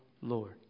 Lord